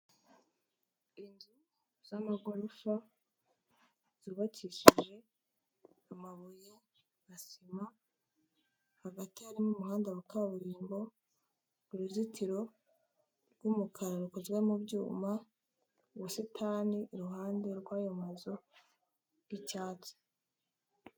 Inzu z'amagorofa zubakishije amabuye na sima, hagati harimo umuhanda wa kaburimbo, uruzitiro rw'umukara rukozezwe mu byuma, ubusitani iruhande rw'ayo mazu y'icyatsi.